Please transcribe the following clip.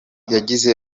yagize